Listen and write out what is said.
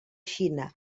xina